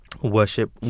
worship